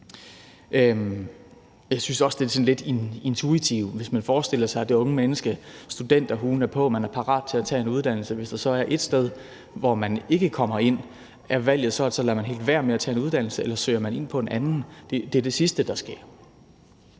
Jeg synes også, at det er sådan lidt intuitivt, hvis man forestiller sig det unge menneske, hvor studenterhuen er på og man er parat til at tage en uddannelse, og hvis der så er ét sted, hvor man ikke kommer ind, og valget så er, om man lader helt være med at tage en uddannelse eller man søger ind på en anden, at så er det det sidste, der sker.